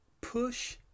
Push